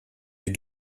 est